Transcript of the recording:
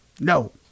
No